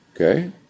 Okay